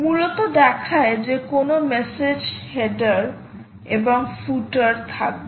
মূলত দেখায় যে কোনও মেসেজে হেডার এবং ফুটার থাকবে